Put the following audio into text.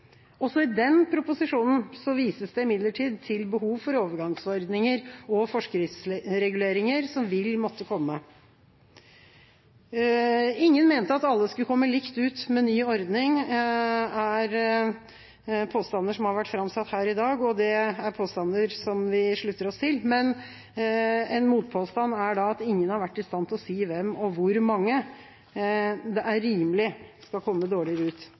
Også i den proposisjonen vises det imidlertid til behov for overgangsordninger og til forskriftsreguleringer som vil måtte komme. At ingen mente at alle skulle komme likt ut med ny ordning, er en påstand som har vært framsatt her i dag. Det er en påstand vi slutter oss til, men en motpåstand er da at ingen har vært i stand til å si hvem og hvor mange det er rimelig at skal komme dårligere ut.